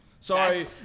Sorry